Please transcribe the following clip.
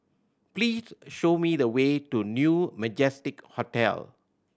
please show me the way to New Majestic Hotel